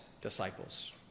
disciples